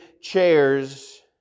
chairs